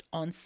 on